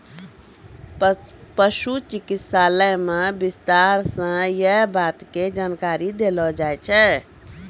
पशु चिकित्सालय मॅ विस्तार स यै बात के जानकारी देलो जाय छै